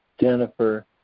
Jennifer